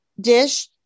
dish